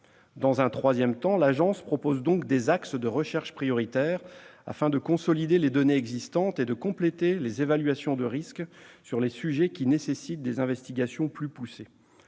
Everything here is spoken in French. Dans un troisième temps, l'Agence propose donc des axes de recherche prioritaires afin de consolider les données existantes et de compléter les évaluations de risques sur les sujets nécessitant des investigations plus poussées.